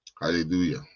Hallelujah